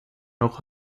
noch